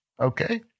okay